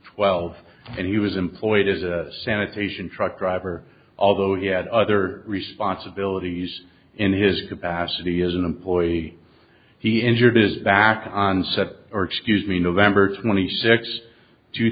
twelve and he was employed as a sanitation truck driver although he had other responsibilities in his capacity as an employee he injured his back on set or excuse me november twenty sixth two